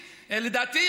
לדעתי,